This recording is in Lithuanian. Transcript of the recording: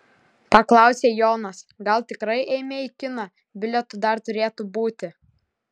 paklausė jonas gal tikrai eime į kiną bilietų dar turėtų būti